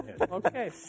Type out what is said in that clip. Okay